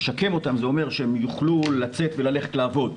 לשקם אותם זה אומר שהם יוכלו לצאת וללכת לעבוד,